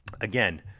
Again